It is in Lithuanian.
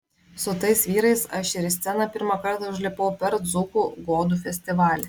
su tais vyrais aš ir į sceną pirmą kartą užlipau per dzūkų godų festivalį